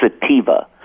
sativa